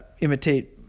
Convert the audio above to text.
imitate